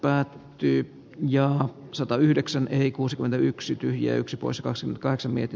päät tyy ja satayhdeksän ei kuusikymmentäyksi tyhjä yksi kuiskasi katso mieti